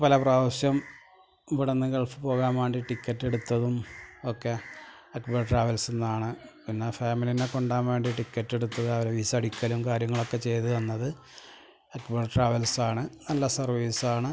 പല പ്രാവശ്യം ഇവിടുന്നു ഗൾഫിൽ പോകാൻ വേണ്ടി ടിക്കറ്റെടുത്തതും ഒക്കെ അക്ബർ ട്രാവൽസെന്നാണ് എന്നാൽ ഫാമിലീനെ കൊണ്ടു പോകാൻ വേണ്ടി ടിക്കറ്റെടുത്ത് അവർ വിസ അടിക്കലും കാര്യങ്ങളൊക്കെ ചെയ്ത് തന്നത് അക്ബർ ട്രാവൽസാണ് നല്ല സർവീസാണ്